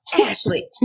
Ashley